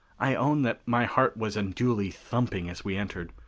i own that my heart was unduly thumping as we entered.